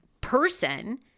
person